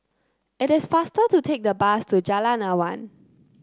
it is faster to take the bus to Jalan Awan